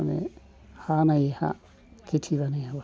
माने हा नायै हा खेथि बानायाबा